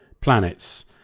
planets